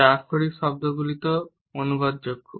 যা আক্ষরিক শব্দগুলিতেও অনুবাদযোগ্য